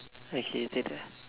okay